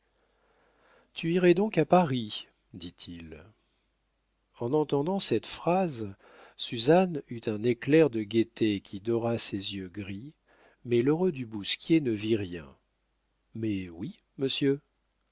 tu irais donc à paris dit-il en entendant cette phrase suzanne eut un éclair de gaieté qui dora ses yeux gris mais l'heureux du bousquier ne vit rien mais oui monsieur